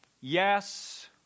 Yes